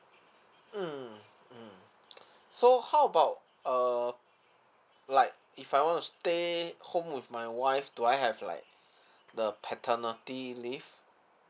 mm mm so how about err like if I wanna stay home with my wife do I have like the paternity leave